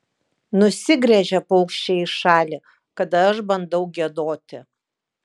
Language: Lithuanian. nusigręžia paukščiai į šalį kada aš bandau giedoti